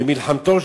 במלחמתו,